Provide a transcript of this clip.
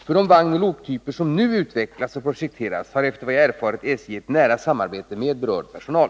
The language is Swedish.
För de vagnoch loktyper som nu utvecklas och projekteras har efter vad jag erfarit SJ ett nära samarbete med berörd personal.